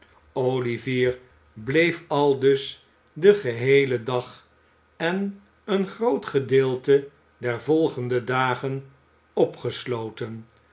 olivier bleef aldus den geheelen dag en een groot gedeelte der volgende dagen opgesloten